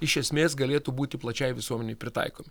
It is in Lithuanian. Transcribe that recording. iš esmės galėtų būti plačiai visuomenei pritaikomi